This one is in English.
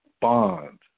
bond